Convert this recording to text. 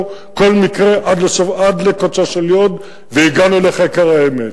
כל מקרה עד לקוצו של יו"ד והגענו לחקר האמת,